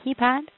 keypad